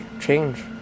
change